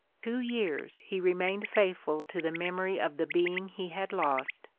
two years he remained faithful to the memory of the being he had lost,